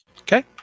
Okay